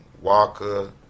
Walker